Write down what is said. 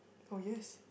orh yes